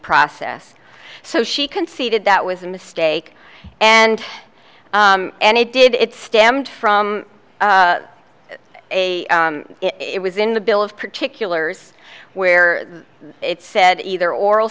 process so she conceded that was a mistake and and it did it stemmed from a it was in the bill of particulars where it said either oral